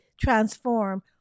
transform